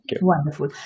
Wonderful